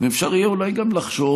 ואפשר יהיה אולי גם לחשוב